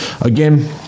again